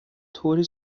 طوری